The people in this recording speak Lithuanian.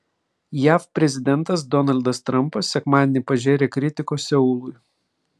jav prezidentas donaldas trampas sekmadienį pažėrė kritikos seului